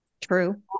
True